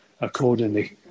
accordingly